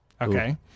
Okay